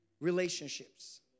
relationships